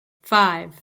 five